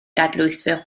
dadlwytho